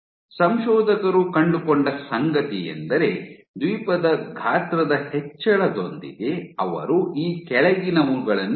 ಸಂಶೋಧಕರು ಕಂಡುಕೊಂಡ ಸಂಗತಿಯೆಂದರೆ ದ್ವೀಪದ ಗಾತ್ರದ ಹೆಚ್ಚಳದೊಂದಿಗೆ ಅವರು ಈ ಕೆಳಗಿನವುಗಳನ್ನು ಗಮನಿಸಿದರು